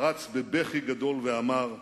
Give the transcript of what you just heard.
"פרץ בבכי גדול ואמר: